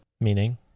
Meaning